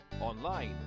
online